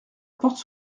porte